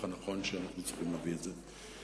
הנכונים שאנחנו צריכים להביא את זה.